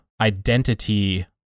identity